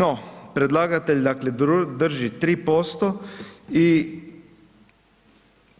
No, predlagatelj dakle drži 3%, i